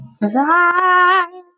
Bye